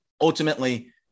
ultimately